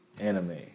anime